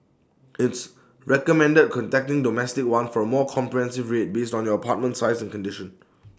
it's recommended contacting domestic one for A more comprehensive rate based on your apartment size and condition